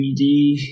3D